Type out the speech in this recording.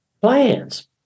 plans